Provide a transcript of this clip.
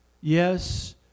Yes